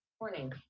morning